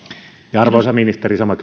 ja arvoisa ministeri sama